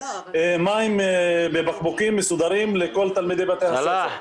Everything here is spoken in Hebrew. מים בבקבוקים מסודרים לכל תלמידי בתי הספר.